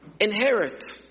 Inherit